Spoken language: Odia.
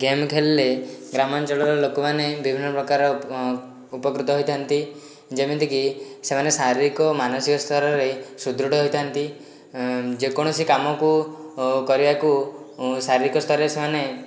ଗେମ୍ ଖେଳିଲେ ଗ୍ରାମାଞ୍ଚଳର ଲୋକମାନେ ବିଭିନ୍ନ ପ୍ରକାର ଉପକୃତ ହୋଇଥାଆନ୍ତି ଯେମିତିକି ସେମାନେ ଶାରୀରିକ ମାନସିକ ସ୍ତରରେ ସୁଦୃଢ଼ ହୋଇଥାଆନ୍ତି ଯେକୌଣସି କାମକୁ କରିବାକୁ ଶାରୀରିକ ସ୍ଥରରେ ସେମାନେ